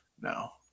No